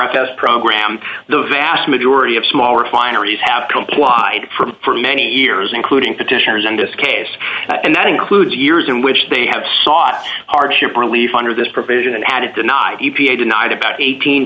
f s program the vast majority of small refineries have complied from for many years including petitioners in this case and that includes years in which they have sought hardship relief under this provision and had it denied e p a denied about eighteen